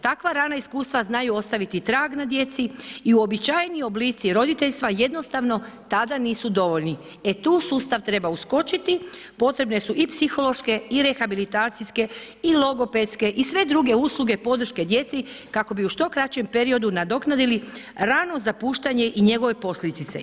Takva rana iskustva znaju ostaviti trag na djeci i uobičajeni oblici roditeljstva jednostavno tada nisu dovoljni, e tu sustav treba uskočiti, potrebne su i psihološke i rehabilitacijske i logopedske i sve druge usluge, podrške djeci kako bi u što kraćem periodu nadoknadili rano zapuštanje i njegove posljedice.